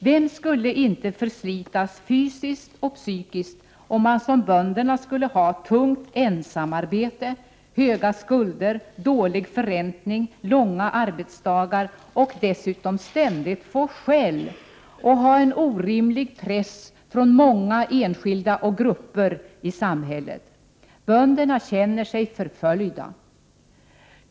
Vem skulle inte förslitas fysiskt och psykiskt om man som bönderna skulle ha tungt ensamarbete, höga skulder, dålig förräntning, långa arbetsdagar och dessutom ständigt få skäll, och ha en orimlig press från många enskilda och grupper i samhället? Bönderna känner sig förföljda.